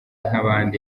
nk’abandi